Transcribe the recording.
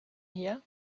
hier